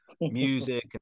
music